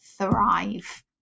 thrive